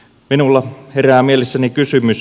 minulla herää mielessäni kysymys